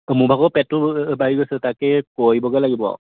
অঁ মোৰভাগৰো পেটটো বাহি গৈছে তাকে কৰিবগৈ লাগিব আৰু